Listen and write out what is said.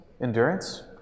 endurance